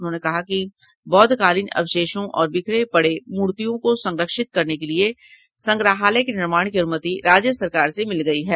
उन्होंने कहा कि बौद्धकालीन अवशेषों और बिखरे पड़े मूर्तियों को संरक्षित करने के लिये संग्रहालय के निर्माण की अनुमति राज्य सरकार से मिल गयी है